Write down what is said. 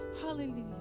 Hallelujah